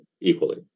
equally